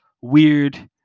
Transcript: weird